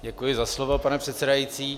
Děkuji za slovo, pane předsedající.